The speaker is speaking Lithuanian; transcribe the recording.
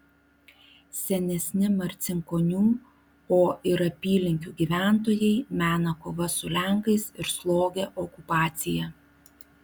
senesni marcinkonių o ir apylinkių gyventojai mena kovas su lenkais ir slogią okupaciją